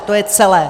To je celé.